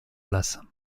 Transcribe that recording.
place